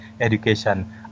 education